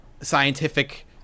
scientific